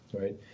Right